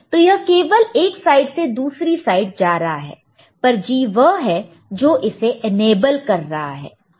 तो यह केवल एक साइड से दूसरी साइड जा रहा है पर G वह है जो इसे इनेबल कर रहा है